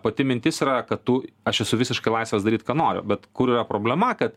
pati mintis yra kad tu aš esu visiškai laisvas daryt ką noriu bet kur yra problema kad